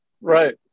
Right